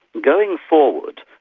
going forward,